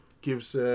gives